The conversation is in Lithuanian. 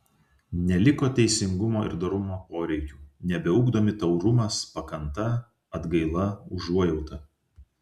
neliko teisingumo ir dorumo poreikių nebeugdomi taurumas pakanta atgaila užuojauta